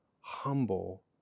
humble